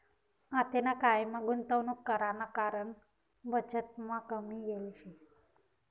आतेना कायमा गुंतवणूक कराना कारण बचतमा कमी येल शे